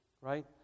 right